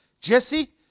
Jesse